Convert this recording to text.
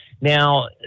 Now